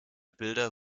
bilder